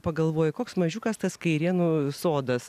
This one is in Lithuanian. pagalvoji koks mažiukas tas kairėnų sodas